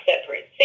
separate